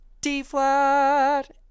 D-flat